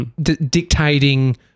dictating